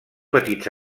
petits